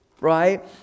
right